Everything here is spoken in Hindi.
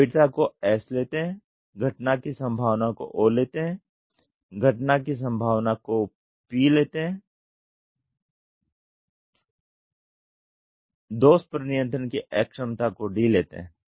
गंभीरता को S लेते है घटना की संभावना को O लेते है घटना की संभावना को P लेते है दोष पर नियंत्रण की अक्षमता को D लेतेहै